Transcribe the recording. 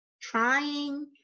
trying